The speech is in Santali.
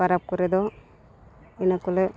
ᱯᱟᱨᱟᱵᱽ ᱠᱚᱨᱮ ᱫᱚ ᱤᱱᱟᱹ ᱠᱚᱞᱮ